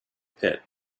pit